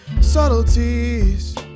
subtleties